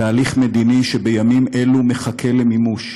תהליך מדיני שבימים אלו מחכה למימוש,